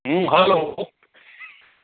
ꯎꯝ hello